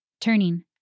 Turning